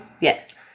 yes